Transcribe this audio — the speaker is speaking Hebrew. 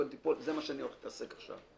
כן תיפול זה מה שאני הולך להתעסק עכשיו.